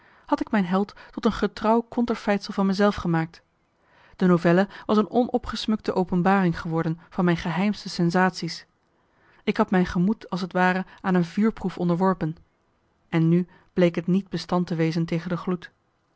had ik mijn held tot een getrouw conterfeitsel van me zelf gemaakt de novelle was een onopgesmukte openbaring geworden van mijn geheimste sensatie's ik had mijn gemoed als t ware aan een vuurproef onderworpen en nu bleek het marcellus emants een nagelaten bekentenis niet bestand te wezen tegen de gloed